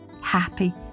happy